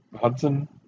Hudson